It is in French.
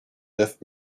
neuf